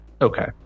Okay